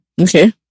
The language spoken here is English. Okay